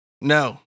No